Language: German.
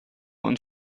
und